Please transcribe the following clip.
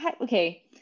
Okay